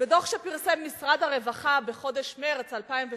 בדוח שפרסם משרד הרווחה בחודש מרס 2008,